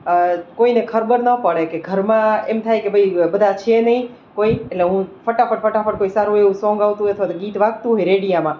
કોઈને ખબર ના પડે કે ઘરમાં એમ થાય કે ભાઈ બધા છે નહીં કોઈ એટલે હું ફટાફટ ફટાફટ પૈસા એવું સોંગ આવતું અથવા ગીત વાગતું રેડિયામાં